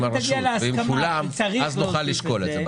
עם הרשות ועם כולם, נוכל לשקול את זה.